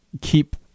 keep